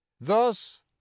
thus